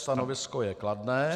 Stanovisko je kladné.)